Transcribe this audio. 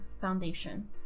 foundation